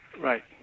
Right